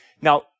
Now